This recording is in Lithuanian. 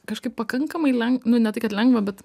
kažkaip pakankamai nu ne tai kad lengva bet